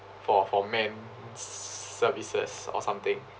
for for men s~ services or something